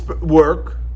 work